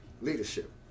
leadership